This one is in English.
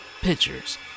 Pictures